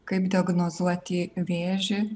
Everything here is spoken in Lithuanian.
kaip diagnozuoti vėžį